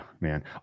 man